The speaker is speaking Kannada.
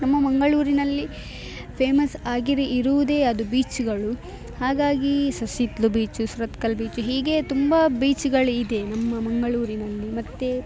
ನಮ್ಮ ಮಂಗಳೂರಿನಲ್ಲಿ ಫೇಮಸ್ ಆಗಿರೋ ಇರುವುದೇ ಅದು ಬೀಚುಗಳು ಹಾಗಾಗಿ ಸಸಿಹಿತ್ಲು ಬೀಚು ಸುರತ್ಕಲ್ ಬೀಚು ಹೀಗೆಯೇ ತುಂಬ ಬೀಚುಗಳಿದೆ ನಮ್ಮ ಮಂಗಳೂರಿನಲ್ಲಿ ಮತ್ತು